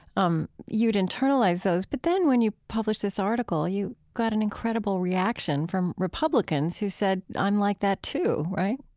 um you'd internalized those but then when you published this article, you got an incredible reaction from republicans who said, i'm like that too right?